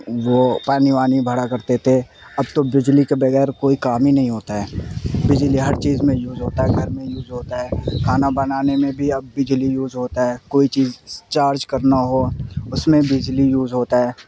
وہ پانی وانی بھرا کرتے تھے اب تو بجلی کے بغیر کوئی کام ہی نہیں ہوتا ہے بجلی ہر چیز میں یوز ہوتا ہے گھر میں یوز ہوتا ہے کھانا بنانے میں بھی اب بجلی یوز ہوتا ہے کوئی چیز چارج کرنا ہو اس میں بجلی یوز ہوتا ہے